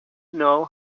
know